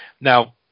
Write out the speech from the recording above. now